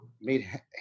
made